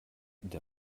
der